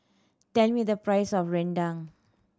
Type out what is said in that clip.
tell me the price of rendang